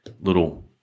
little